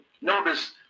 Notice